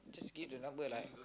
just give the number like